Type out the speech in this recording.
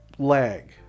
lag